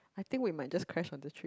I think we might just crash on the trip